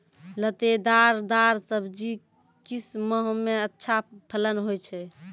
लतेदार दार सब्जी किस माह मे अच्छा फलन होय छै?